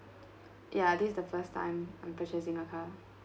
ya this is the first time I'm purchasing a car